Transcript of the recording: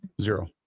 Zero